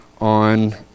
on